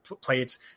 plates